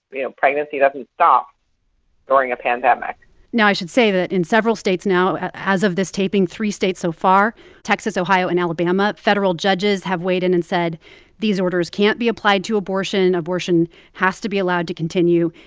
you know, pregnancy doesn't stop during a pandemic now, i should say that in several states now as of this taping, three states so far texas, ohio and alabama federal judges have weighed in and said these orders can't be applied to abortion. abortion has to be allowed to continue.